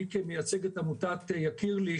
אני מייצג את עמותת "יקיר לי",